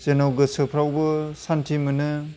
जोंन' गोसोफ्रावबो सान्थि मोनो